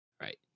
Right